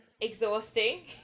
exhausting